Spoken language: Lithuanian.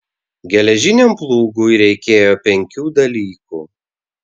geležiniam plūgui reikėjo penkių dalykų